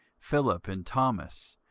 philip, and thomas,